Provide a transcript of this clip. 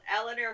Eleanor